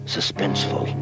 Suspenseful